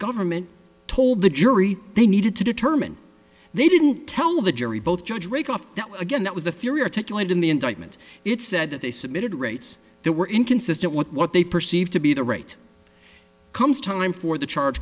government told the jury they needed to determine they didn't tell the jury both judge raycroft that again that was the theory articulated in the indictment it said that they submitted rates that were inconsistent with what they perceived to be the right comes time for the charge